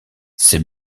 c’est